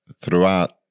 throughout